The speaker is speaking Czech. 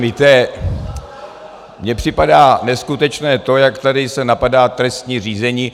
Víte, mně připadá neskutečné to, jak se tady napadá trestní řízení.